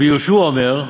רבי יהושע אומר,